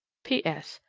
p s.